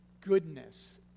goodness